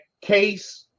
case